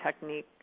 technique